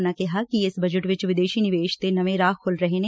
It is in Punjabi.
ਉਨੂਾ ਕਿਹਾ ਕਿ ਇਸ ਬਜਟ ਵਿਚ ਵਿਦੇਸ਼ੀ ਨਿਵੇਸ਼ ਦੇ ਨਵੇਂ ਰਾਹ ਖੁੱਲ ਰਹੇ ਨੇ